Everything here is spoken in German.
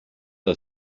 die